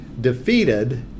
defeated